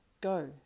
Go